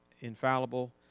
infallible